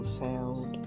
sound